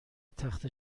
تخته